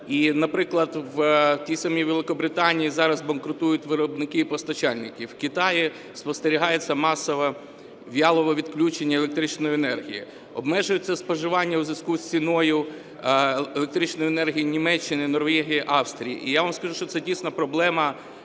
І, наприклад, в тій самій Великобританії зараз банкрутують виробники і постачальники. В Китаї спостерігається масове віялове відключення електричної енергії. Обмежується споживання у зв'язку з ціною електричної енергії в Німеччині, Норвегії, Австрії. І я вам скажу, що це, дійсно, проблема